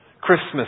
Christmas